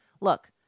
look